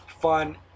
fun